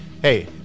Hey